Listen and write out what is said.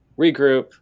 regroup